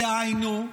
דהיינו,